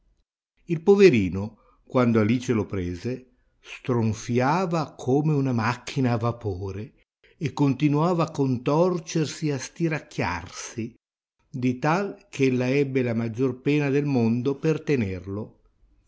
il poverino quando alice lo prese stronfiava come una macchina a vapore e continuava a contorcersi e a stiracchiarsi di tal che ella ebbe la maggior pena del mondo per tenerlo